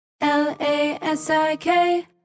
L-A-S-I-K